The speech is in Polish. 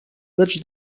lecz